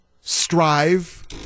strive